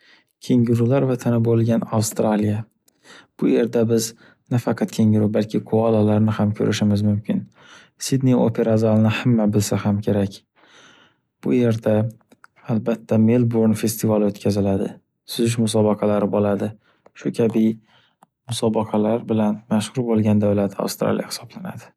Kengurular vatani bo’lgan Avstraliya - bu yerda biz nafaqat kenguru balki koalalarni ham ko’rishimiz mumkin. Sidney opera zalini hamma bilsa ham kerak. Bu yerda albatta Melborn festivali o’tkaziladi, suzish musobaqalari bo’ladi. Shu kabi musobaqalar bilan mashxur bo’lgan davlat Avstraliya hisoblanadi.